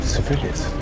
Civilians